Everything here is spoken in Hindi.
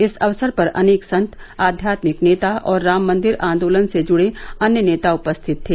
इस अवसर पर अनेक संत आध्यात्मिक नेता और राम मन्दिर आन्दोलन से जुडे अन्य नेता उपस्थित थे